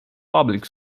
public